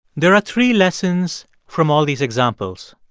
there are three lessons from all these examples.